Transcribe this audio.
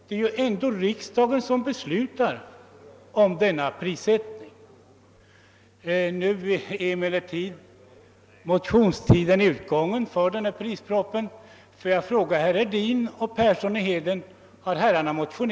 Det är ju ändå riksdagen som beslutar om prissättningen.